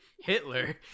Hitler